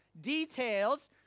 details